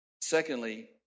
Secondly